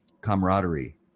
camaraderie